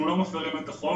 אנחנו לא מפירים את החוק.